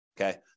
okay